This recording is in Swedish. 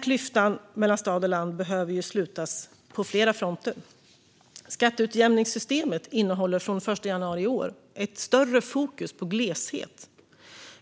Klyftan mellan stad och land behöver slutas på flera fronter. Skatteutjämningssystemet innehåller från den 1 januari i år ett större fokus på gleshet.